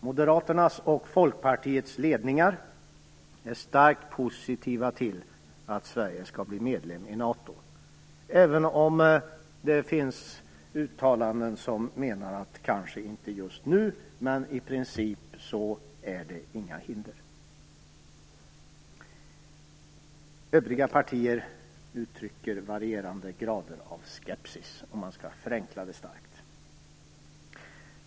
Moderaternas och Folkpartiets ledningar är starkt positiva till att Sverige skall bli medlem i NATO, även om det finns uttalanden där man menar att det kanske inte skall ske just nu, men i princip är det inga hinder. Övriga partier uttrycker varierande grader av skepsis, för att förenkla det starkt.